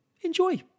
enjoy